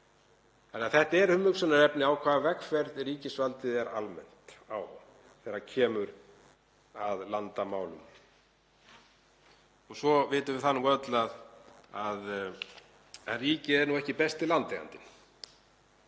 Það er því umhugsunarefni á hvaða vegferð ríkisvaldið er almennt þegar kemur að landamálum. Svo vitum við það öll að ríkið er nú ekki besti landeigandinn.